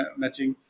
matching